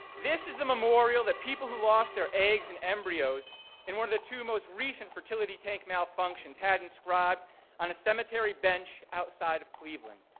this is the memorial that people who lost their eggs and embryos and one of the two most recent fertility tank malfunctions had inscribed on a cemetery bench outside of cleveland.